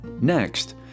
Next